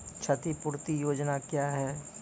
क्षतिपूरती योजना क्या हैं?